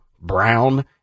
Brown